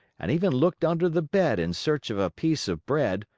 and even looked under the bed in search of a piece of bread,